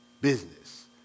business